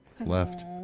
Left